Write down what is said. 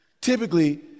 Typically